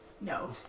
No